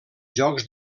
jocs